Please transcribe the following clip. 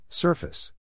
surface